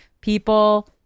people